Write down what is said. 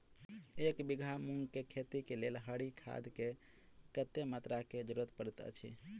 एक बीघा मूंग केँ खेती केँ लेल हरी खाद केँ कत्ते मात्रा केँ जरूरत पड़तै अछि?